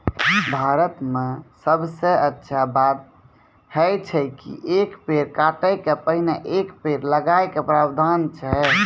भारत मॅ सबसॅ अच्छा बात है छै कि एक पेड़ काटै के पहिने एक पेड़ लगाय के प्रावधान छै